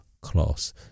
class